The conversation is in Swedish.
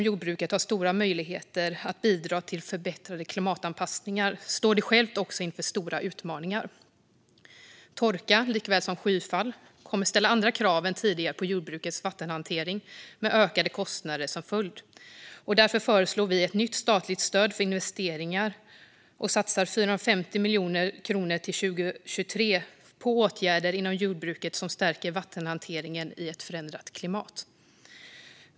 Jordbruket har stora möjligheter att bidra till förbättrade klimatanpassningar, men det står också självt inför stora utmaningar. Torka likaväl som skyfall kommer att ställa andra krav än tidigare på jordbrukets vattenhantering, med ökade kostnader som följd. Därför föreslår vi ett nytt statligt stöd för investeringar och satsar 450 miljoner kronor till 2023 på åtgärder inom jordbruket som stärker vattenhanteringen i ett förändrat klimat.